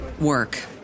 work